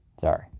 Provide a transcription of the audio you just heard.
Sorry